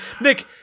Nick